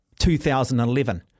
2011